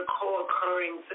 co-occurring